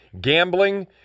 gambling